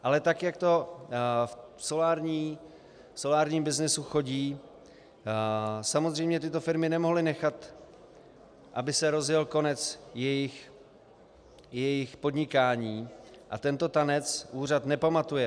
Ale tak jak to v solárním byznysu chodí, samozřejmě tyto firmy nemohly nechat, aby se rozjel konec jejich podnikání, a tento tanec úřad nepamatuje.